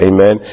Amen